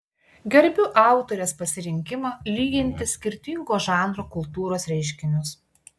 gerbiu autorės pasirinkimą lyginti skirtingo žanro kultūros reiškinius